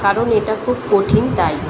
কারণ এটা খুব কঠিন তাই